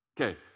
Okay